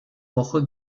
woche